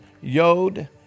Yod